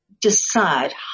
decide